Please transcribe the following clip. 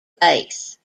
base